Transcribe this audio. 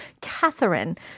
Catherine